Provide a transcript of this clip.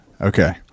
Okay